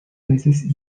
peces